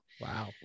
Wow